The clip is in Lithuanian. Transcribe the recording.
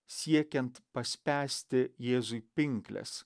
siekiant paspęsti jėzui pinkles